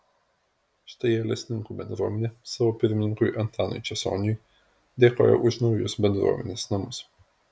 štai alesninkų bendruomenė savo pirmininkui antanui česoniui dėkoja už naujus bendruomenės namus